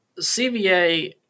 CVA